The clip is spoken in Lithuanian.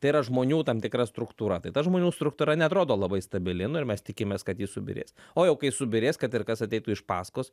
tai yra žmonių tam tikra struktūra tai ta žmonių struktūra neatrodo labai stabili nu ir mes tikimės kad ji subyrės o jau kai subyrės kad ir kas ateitų iš pasakos